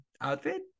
outfit